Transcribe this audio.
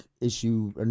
issue